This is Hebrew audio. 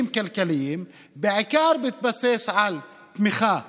כלכליים בעיקר בהתבסס על תמיכה חיצונית.